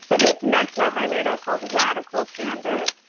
but it's next on my radar called, radical candor,